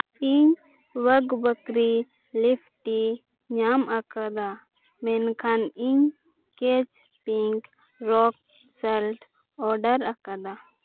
ᱤᱧ ᱚᱣᱟᱜᱽ ᱵᱚᱠᱨᱤ ᱞᱤᱯᱷ ᱴᱤ ᱧᱟᱢ ᱟᱠᱟᱫᱟ ᱢᱮᱱᱠᱷᱟᱱ ᱤᱧ ᱠᱮᱪ ᱯᱤᱝᱠ ᱨᱳᱠ ᱥᱟᱞᱴ ᱚᱰᱟᱨ ᱟᱠᱟᱫᱟ